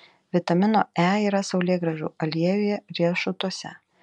vitamino e yra saulėgrąžų aliejuje riešutuose